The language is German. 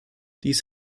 dies